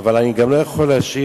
אבל אני גם לא יכול להשאיר